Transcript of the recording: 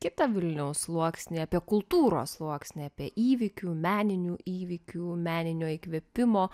kitą vilniaus sluoksnį apie kultūros sluoksnį apie įvykių meninių įvykių meninio įkvėpimo